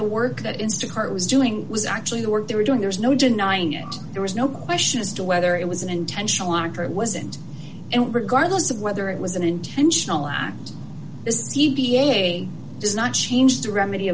the work that is to cart was doing was actually the work they were doing there's no denying it there was no question as to whether it was an intentional arc or it wasn't and regardless of whether it was an intentional act is he a does not change the remedy